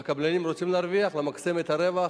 והקבלנים רוצים להרוויח, למקסם את הרווח.